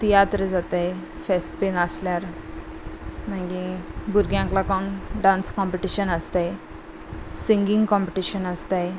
तियात्र जाताय फेस्त बी आसल्यार मागी भुरग्यांक लागून डांस कॉम्पिटीशन आसताय सिंगींग कॉम्पिटिशन आसताय